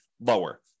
lower